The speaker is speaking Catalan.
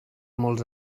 molts